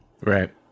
Right